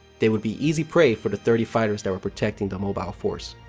they would be easy prey for the thirty fighters that were protecting the mobile force.